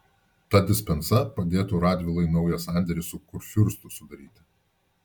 ta dispensa padėtų radvilai naują sandėrį su kurfiurstu sudaryti